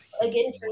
again